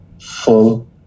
full